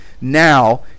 now